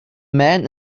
man